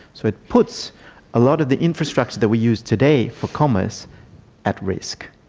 so it puts a lot of the infrastructure that we use today for commerce at risk.